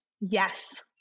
Yes